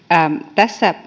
tässä